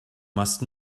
must